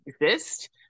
exist